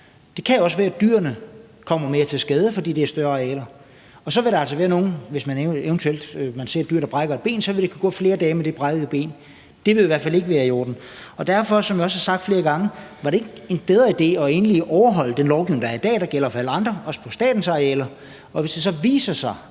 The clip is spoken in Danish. Det kan også være, at dyrene kommer mere til skade, fordi det er større arealer, og hvis et dyr eventuelt brækker et ben, så vil det kunne gå flere dage med det brækkede ben. Det vil i hvert fald ikke være i orden. Derfor vil jeg spørge, som jeg gjort flere gange: Var det ikke en bedre idé at overholde den lovgivning, der er i dag, og som gælder for alle andre, også på statens arealer? Hvis det så viser sig,